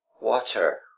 water